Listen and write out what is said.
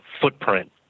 footprint